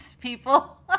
people